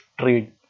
trade